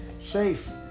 Safe